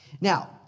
Now